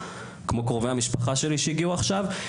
כמו קרובי המשפחה שלי שהגיעו עכשיו,